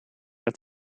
het